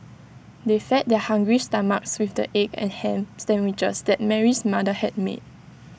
they fed their hungry stomachs with the egg and Ham Sandwiches that Mary's mother had made